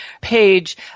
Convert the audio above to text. page